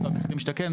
מחיר למשתכן,